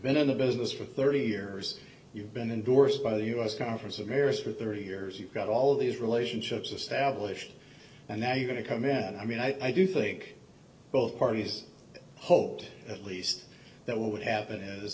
been in the business for thirty years you've been endorsed by the u s conference of mayors for thirty years you've got all these relationships established and now you're going to come in and i mean i do think both parties hope to at least that what would happen is